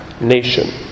nation